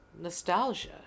nostalgia